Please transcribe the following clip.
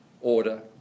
order